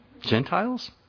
Gentiles